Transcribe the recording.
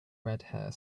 redhair